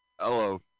Hello